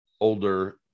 older